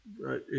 Right